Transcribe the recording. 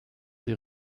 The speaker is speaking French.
des